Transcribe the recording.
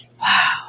Wow